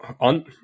on